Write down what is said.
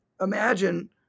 imagine